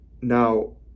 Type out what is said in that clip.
Now